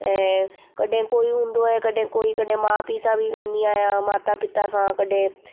ऐं कॾहिं कोई हूंदो आहे कॾहिं कोई कॾहिं माउ पीउ सां बि वेंदी आहियां माता पिता सां कॾहिं